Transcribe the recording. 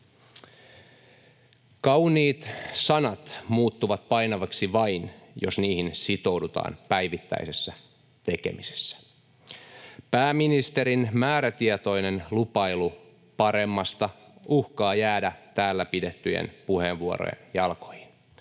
Kauniit sanat muuttuvat painaviksi vain, jos niihin sitoudutaan päivittäisessä tekemisessä. Pääministerin määrätietoinen lupailu paremmasta uhkaa jäädä täällä pidettyjen puheenvuorojen jalkoihin.